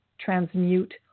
transmute